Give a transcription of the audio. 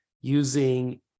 using